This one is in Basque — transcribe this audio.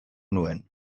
nuen